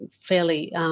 fairly